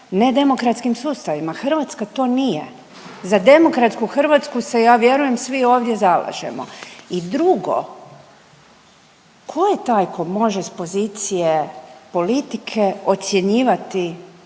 nedemokratskim sustavima, Hrvatska to nije. Za demokratsku Hrvatsku se ja vjerujem svi ovdje zalažemo. I drugo, ko je taj ko može s pozicije politike ocjenjivati neki